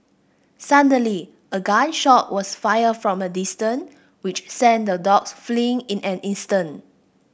suddenly a gun shot was fired from a distance which sent the dogs fleeing in an instant